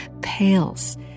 pales